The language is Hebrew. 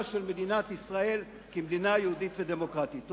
של מדינת ישראל כמדינה יהודית ודמוקרטית.